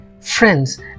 friends